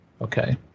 okay